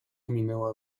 minęła